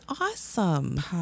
awesome